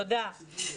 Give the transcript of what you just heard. תודה.